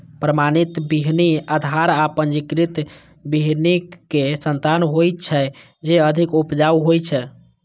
प्रमाणित बीहनि आधार आ पंजीकृत बीहनिक संतान होइ छै, जे अधिक उपजाऊ होइ छै